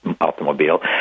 automobile